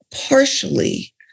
partially